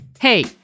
Hey